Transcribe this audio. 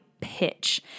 Pitch